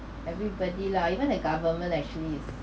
everybody lah even the government actually is